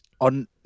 on